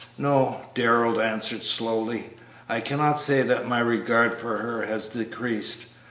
no, darrell answered, slowly i cannot say that my regard for her has decreased.